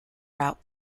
route